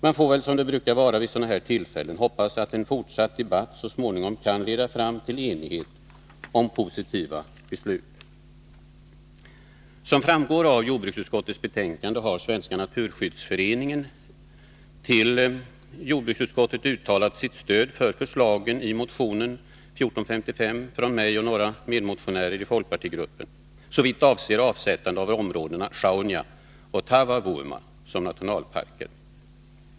Man får väl, som man brukar göra vid sådana här tillfällen, hoppas att en fortsatt debatt så småningom kan leda fram till enighet om positiva beslut. Som framgår av jordbruksutskottets betänkande har Svenska naturskyddsföreningen i skrivelse till jordbruksutskottet uttalat stöd för förslagen i motionen 2455 från mig och några medmotionärer i folkpartigruppen såvitt avser avsättande av områdena Sjaunja och Taavavuoma som nationalparker.